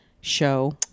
show